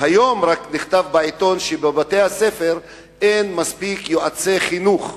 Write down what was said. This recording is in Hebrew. רק היום נכתב בעיתון שב-50% מבתי-הספר אין מספיק יועצי חינוך.